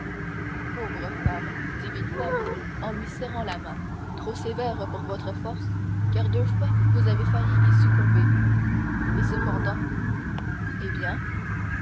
pauvre femme dit villefort en lui serrant la main trop sévère pour votre force car deux fois vous avez failli y succomber et cependant eh bien